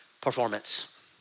performance